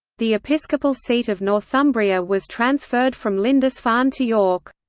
the episcopal seat of northumbria was transferred from lindisfarne to york.